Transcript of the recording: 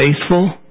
faithful